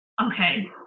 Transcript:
Okay